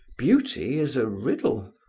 beauty is a riddle.